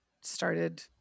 started